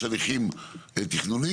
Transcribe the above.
יש הליכים תכנוניים,